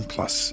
Plus